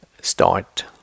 start